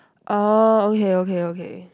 orh okay okay okay